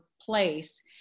place